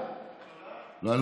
בוודאי.